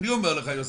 אני אומר לך יוסף,